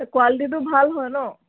কোৱালিটিটো ভাল হয় ন